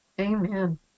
Amen